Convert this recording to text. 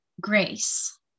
Grace